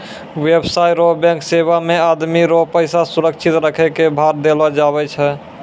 व्यवसाय रो बैंक सेवा मे आदमी रो पैसा सुरक्षित रखै कै भार लेलो जावै छै